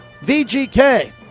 VGK